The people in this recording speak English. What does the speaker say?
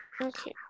Okay